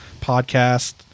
Podcast